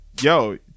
yo